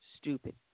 stupid